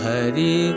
Hari